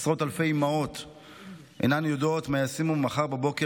עשרות אלפי אימהות אינן יודעות מה ישימו מחר בבוקר